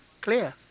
clear